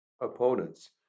opponents